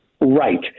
Right